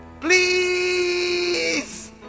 please